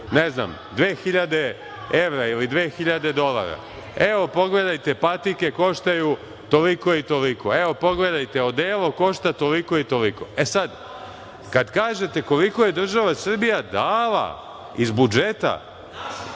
koštaju 2.000 evra ili 2.000 dolara, evo, pogledajte, patike koštaju toliko i toliko, evo, pogledajte, odelo košta toliko i toliko. E, sad, kad kažete koliko je država Srbija dala iz budžeta